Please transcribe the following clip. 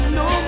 no